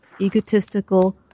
egotistical